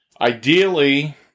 Ideally